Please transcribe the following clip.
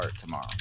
tomorrow